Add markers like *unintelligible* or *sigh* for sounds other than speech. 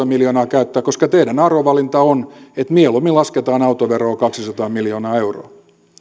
*unintelligible* miljoonaa käyttää koska teidän arvovalintanne on että mieluummin lasketaan autoveroa kaksisataa miljoonaa euroa ja